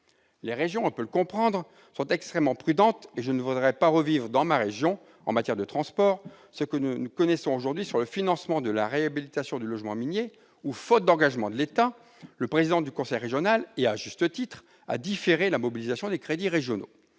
Les régions sont, on peut le comprendre, extrêmement prudentes, et je ne voudrais pas revivre dans ma région, en matière de transport, la situation que nous connaissons aujourd'hui s'agissant du financement de la réhabilitation du logement minier : faute d'engagement de l'État, le président du conseil régional a différé, à juste titre, la mobilisation des crédits régionaux.